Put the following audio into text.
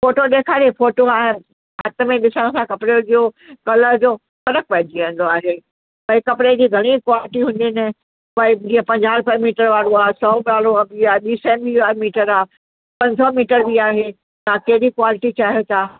photo ॾेखारे photo आहे वास्तव में ॾिसण सां कपिड़े जो कलर जो फ़र्क़ु पइजी वेंदो आहे भई कपड़े जी घणियूं ई क्वॉलिटियूं हूंदियूं आहिनि कोई जीअं पंजाह रुपए मीटर वारो आहे सौ वारो बि आहे ॿीं सएं बि आहे मीटर आहे पंज सौ मीटर बि आहे तव्हां कहिड़ी कॉलिटी चाहियो था